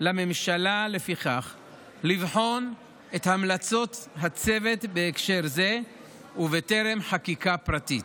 לממשלה לבחון את המלצות הצוות בהקשר זה ובטרם חקיקה פרטית.